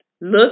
look